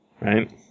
right